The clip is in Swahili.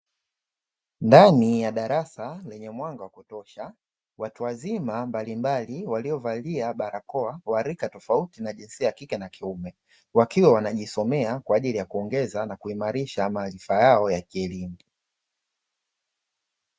Ndani ya darasa lenye mwanga wa kutosha watu wazima mbalimbali waliovalia barakoa wa rika tofauti na jinsia ya kike na kiume, wakiwa wanajisomea kwa ajili ya kuongeza na kuimarisha maarifa yao ya kielimu.